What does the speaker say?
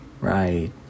right